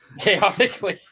Chaotically